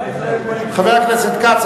חבר הכנסת כץ,